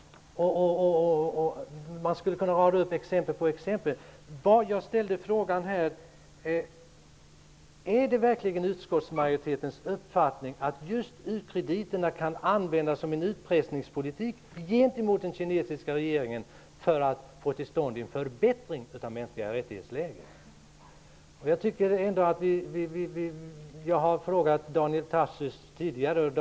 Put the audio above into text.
Man skulle kunna rada upp exempel efter exempel på sådana företeelser. Jag ställde här frågan: Är det verkligen utskottsmajoritetens uppfattning att just ukrediterna kan användas som led i en utpressningspolitik gentemot den kinesiska regeringen för att få till stånd en förbättring av läget när det gäller mänskliga rättigheter? Jag har frågat Daniel Tarschys tidigare om detta.